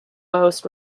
most